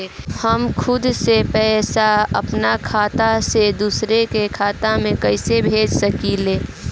हम खुद से अपना खाता से पइसा दूसरा खाता में कइसे भेज सकी ले?